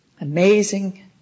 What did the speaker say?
Amazing